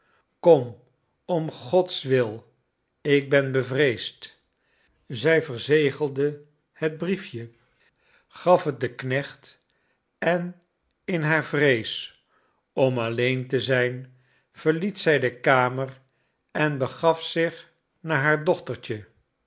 kom om gods wil ik ben bevreesd zij verzegelde het briefje gaf het den knecht en in haar vrees om alleen te zijn verliet zij de kamer en begaf zich naar haar dochtertje